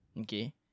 okay